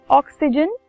oxygen